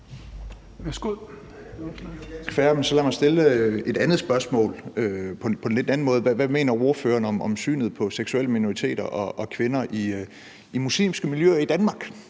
på en lidt anden måde. Hvad mener partilederen om synet på seksuelle minoriteter og kvinder i muslimske miljøer i Danmark,